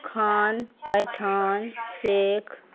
Khan Pathan Sheikh